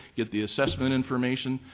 get the assessment information,